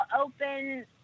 open